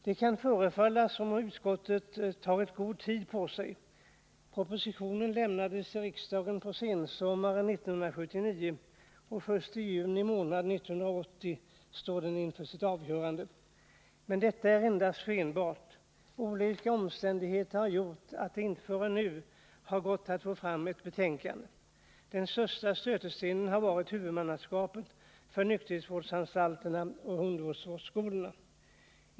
Det kan förefalla som om utskottet tagit god tid på sig. Propositionen lämnades till riksdagen på sensommaren 1979, och först i juni månad 1980 står den inför sitt avgörande. Men detta är endast skenbart. Olika omständigheter har gjort att det inte förrän nu har gått att få fram ett betänkande. Den största stötestenen har varit huvudmannaskapet för nykterhetsvårdsanstalterna och ungdomsvårdsskolorna.